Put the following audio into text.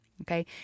Okay